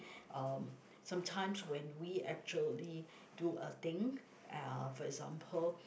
um sometimes when we actually do a thing uh for example